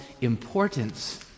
importance